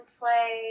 play